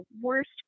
worst